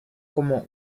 como